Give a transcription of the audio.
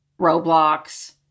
Roblox